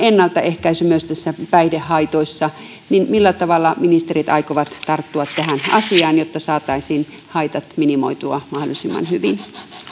myös ennaltaehkäisy näissä päihdehaitoissa niin millä tavalla ministerit aikovat tarttua tähän asiaan jotta saataisiin haitat minimoitua mahdollisimman hyvin